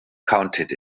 counted